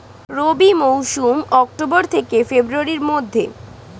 রবি মৌসুম অক্টোবর থেকে ফেব্রুয়ারির মধ্যে